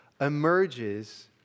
emerges